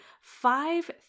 five